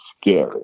scary